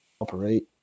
operate